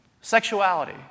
sexuality